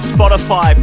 Spotify